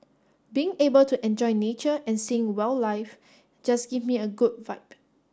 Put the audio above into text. being able to enjoy nature and seeing wildlife just give me a good vibe